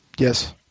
Yes